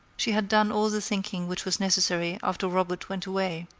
she had done all the thinking which was necessary after robert went away,